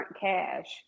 cash